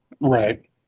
Right